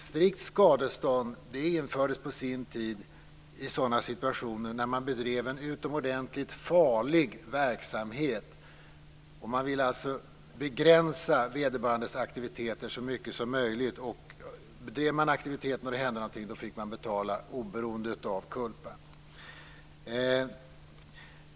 Strikt skadestånd infördes på sin tid i sådana situationer när någon bedrev en utomordentligt farlig verksamhet och man ville begränsa vederbörandes aktiviteter så mycket som möjligt. Bedrev någon aktiviteten och det hände någonting fick denne betala oberoende av culpa.